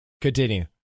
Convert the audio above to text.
Continue